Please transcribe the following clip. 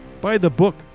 by-the-book